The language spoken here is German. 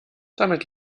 damit